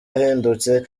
ahendutse